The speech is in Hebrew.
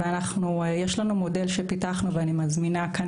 יש לנו מודל שפיתחנו ואני מזמינה כאן